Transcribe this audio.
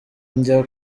njya